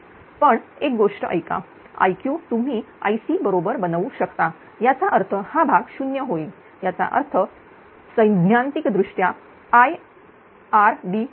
पण एक गोष्ट ऐका Iq तुम्ही Ic बरोबर बनवू शकता याचा अर्थ हा भाग 0 होईल याचा अर्थसैद्धांतिकदृष्ट्या RId2